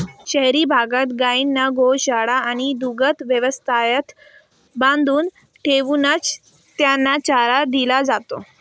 शहरी भागात गायींना गोशाळा आणि दुग्ध व्यवसायात बांधून ठेवूनच त्यांना चारा दिला जातो